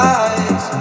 eyes